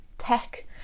tech